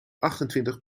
achtentwintig